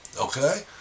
Okay